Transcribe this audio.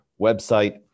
website